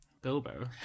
Bilbo